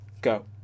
Go